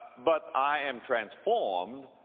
but i am transformed,